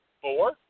Four